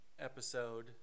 episode